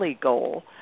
goal